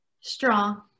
Strong